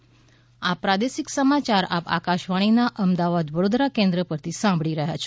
corona સંદેશ આ પ્રાદેશિક સમાચાર આપ આકશવાણીના અમદાવાદ વડોદરા કેન્દ્ર પરથી સાંભળી રહ્યા છે